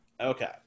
Okay